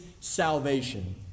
salvation